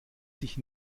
sich